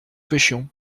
pêchions